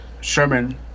Sherman